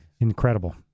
Incredible